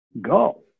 go